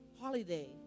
holiday